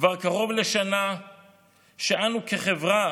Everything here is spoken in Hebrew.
כבר קרוב לשנה שאנו כחברה